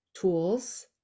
Tools